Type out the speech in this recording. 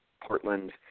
Portland